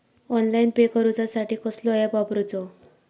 Online pay करूचा साठी कसलो ऍप वापरूचो?